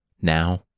Now